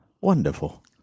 Wonderful